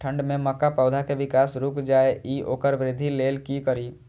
ठंढ में मक्का पौधा के विकास रूक जाय इ वोकर वृद्धि लेल कि करी?